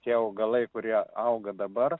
tie augalai kurie auga dabar